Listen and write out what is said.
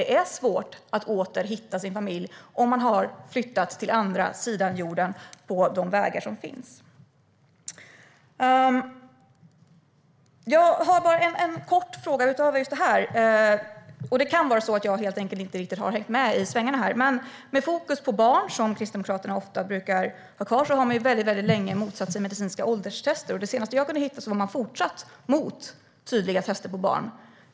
Det är svårt att åter hitta sin familj om man har flyttat till andra sidan jorden på de vägar som finns. Utöver detta har jag bara en kort fråga, och det kan vara så att jag inte riktigt har hängt med i svängarna. Kristdemokraterna, som ofta har fokus på barn, har länge motsatt sig medicinska ålderstester. Det senaste jag kunde hitta var att man fortfarande var emot tydliga tester på barn.